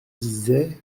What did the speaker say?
disait